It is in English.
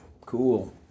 cool